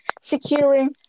securing